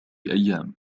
أيام